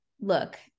look